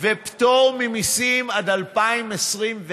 ופטור ממיסים עד 2024,